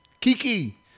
Kiki